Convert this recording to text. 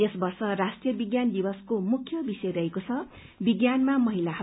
यस वर्ष राष्ट्रीय विज्ञान दिवसको मुख्य विषय रहेको छ विज्ञानमा महिलाहरू